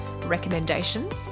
recommendations